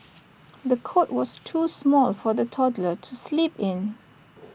the cot was too small for the toddler to sleep in